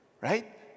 right